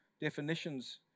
definitions